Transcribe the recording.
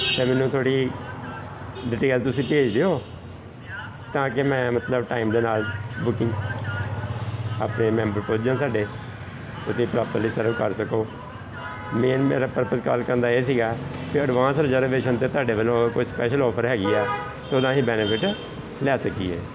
ਅਤੇ ਮੈਨੂੰ ਥੋੜ੍ਹੀ ਡਿਟੇਲ ਤੁਸੀਂ ਭੇਜ ਦਿਓ ਤਾਂ ਕਿ ਮੈਂ ਮਤਲਬ ਟਾਈਮ ਦੇ ਨਾਲ ਬੁਕਿੰਗ ਆਪਣੇ ਮੈਂਬਰ ਪੁੱਜ ਜਾਣ ਸਾਡੇ ਉੱਥੇ ਪ੍ਰੋਪਰਲੀ ਸਰਵ ਕਰ ਸਕੋ ਮੇਨ ਮੇਰਾ ਪਰਪਜ ਕਾਲ ਕਰਨ ਦਾ ਇਹ ਸੀਗਾ ਕਿ ਐਡਵਾਂਸ ਰਿਜਰਵੇਸ਼ਨ 'ਤੇ ਤੁਹਾਡੇ ਵੱਲੋਂ ਕੋਈ ਸਪੈਸ਼ਲ ਔਫਰ ਹੈਗੀ ਆ ਤਾਂ ਉਹਦਾ ਅਸੀਂ ਬੈਨਫਿਟ ਲੈ ਸਕੀਏ